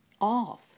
off